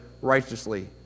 righteously